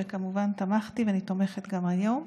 וכמובן תמכתי ואני תומכת גם היום.